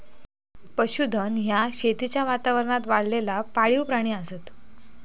पशुधन ह्या शेतीच्या वातावरणात वाढलेला पाळीव प्राणी असत